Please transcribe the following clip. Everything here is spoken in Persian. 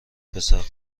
پسر